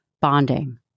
bonding